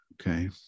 Okay